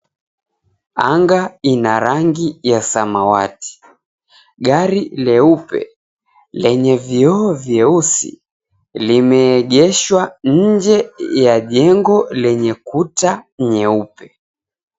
Anga ina rangi ya samawati. Gari leupe lenye vioo vyeusi limeegeshwa nje ya jengo lenye kuta nyeupe.